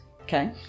Okay